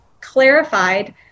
clarified